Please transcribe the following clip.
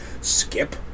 Skip